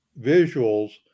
visuals